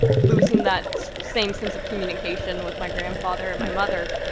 losing that same sense of communication with my grandfather and my mother,